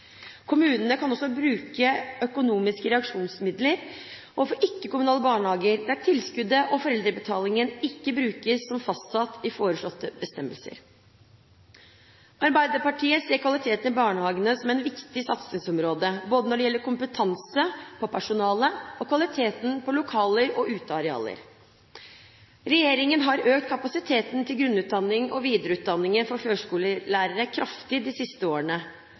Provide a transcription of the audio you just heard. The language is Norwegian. Kommunene kan også bruke økonomiske reaksjonsmidler overfor ikke-kommunale barnehager der tilskuddet og foreldrebetalingen ikke brukes som fastsatt i foreslåtte bestemmelser. Arbeiderpartiet ser kvaliteten i barnehagene som et viktig satsingsområde, både når det gjelder kompetanse på personalet og kvaliteten på lokaler og utearealer. Regjeringen har økt kapasiteten til grunnutdanning og videreutdanning for førskolelærere kraftig de siste årene,